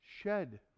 shed